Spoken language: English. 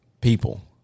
people